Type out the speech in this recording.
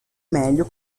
meglio